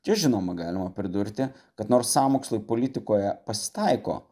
čia žinoma galima pridurti kad nors sąmokslai politikoje pasitaiko